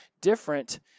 different